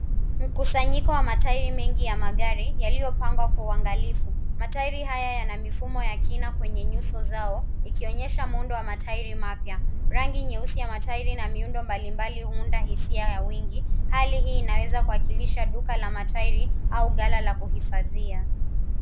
Mkusanyiko wa matairi mengi ya magari yaliyo pangwa kwa uangalifu. Matairi haya yana mifumo ya kina kwenye nyuso zao ikionyesha muundo wa matairi mapya . Rangi nyeusi ya matairi.na miundo mbalimbali huunda hisia ya wengi . Hali hii inaweza kuwakilisha duka la matairi au gala la kuhifathia.